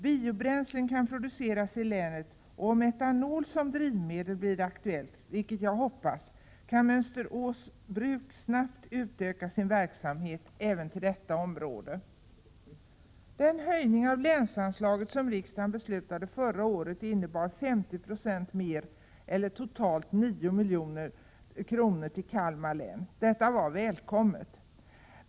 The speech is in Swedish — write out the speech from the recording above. Biobränslen kan produceras i länet, och om etanol som drivmedel blir aktuellt, vilket jag hoppas, kan Mönsterås bruk snabbt utöka sin verksamhet även till detta område. Den höjning av länsanslaget som riksdagen beslutade förra året innebar 50 96 mer eller totalt 9 milj.kr. till Kalmar län. Detta var välkommet!